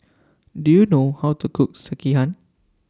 Do YOU know How to Cook Sekihan